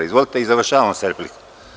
Izvolite i završavamo sa replikama.